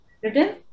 Written